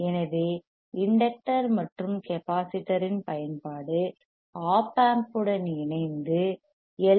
எனவே இண்டக்டர் மற்றும் கெப்பாசிட்டர்யின் பயன்பாடு ஒப் ஆம்புடன் இணைந்து எல்